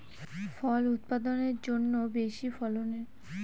ফল উৎপাদনের বেশি ফলনের জন্যে অনেক রকম ভাবে প্রপাগাশন করা হয়